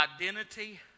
identity